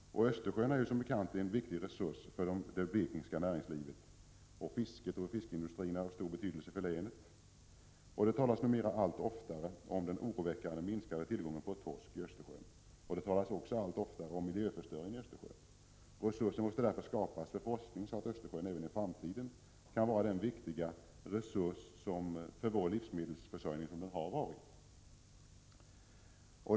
Östersjön är som bekant en viktig resurs för det blekingska näringslivet, och fisket och fiskeindustrin har stor betydelse för länet. Det talas numera allt oftare om den oroväckande minskningen av tillgången på torsk i Östersjön och även om miljöförstöringen i Östersjön. Resurser måste därför skapas för forskning, så att Östersjön även i framtiden kan vara den viktiga resurs för vår livsmedelsförsörjning som den har varit.